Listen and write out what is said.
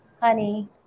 honey